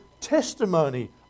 testimony